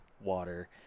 water